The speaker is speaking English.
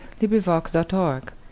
LibriVox.org